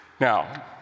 Now